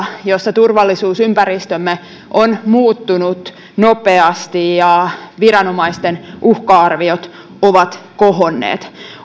jossa turvallisuusympäristömme on muuttunut nopeasti ja viranomaisten uhka arviot ovat kohonneet